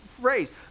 phrase